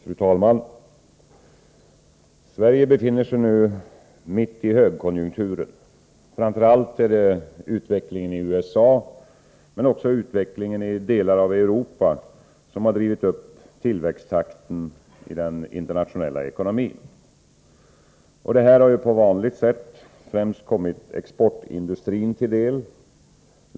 Fru talman! Sverige befinner sig nu mitt i högkonjunkturen. Framför allt utvecklingen i USA men också utvecklingen i delar av Europa har drivit upp tillväxttakten i den internationella ekonomin. Det har på vanligt sätt främst kommit exportindustrin till del.